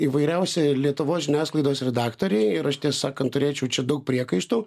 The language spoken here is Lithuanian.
įvairiausi lietuvos žiniasklaidos redaktoriai ir aš tiesą sakant turėčiau čia daug priekaištų